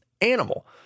animal